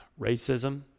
Racism